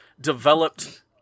developed